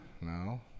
no